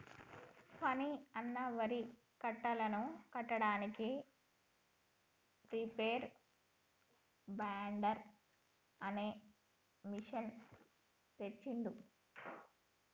ఫణి అన్న వరి కట్టలను కట్టడానికి రీపేర్ బైండర్ అనే మెషిన్ తెచ్చిండు